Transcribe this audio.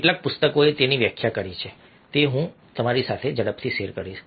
કેટલા પુસ્તકોએ તેની વ્યાખ્યા કરી છે તે હું તમારી સાથે ઝડપથી શેર કરીશ